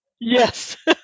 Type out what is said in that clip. Yes